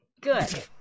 good